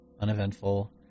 uneventful